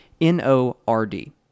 N-O-R-D